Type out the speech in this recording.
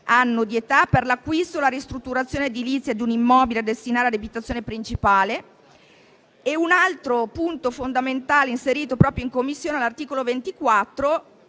anno di età per l'acquisto o la ristrutturazione edilizia di un immobile da destinare ad abitazione principale. Un altro punto fondamentale è stato inserito in Commissione all'articolo 24,